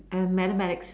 and mathematics